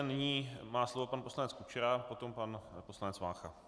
Nyní má slovo pan poslanec Kučera, potom pan poslanec Vácha.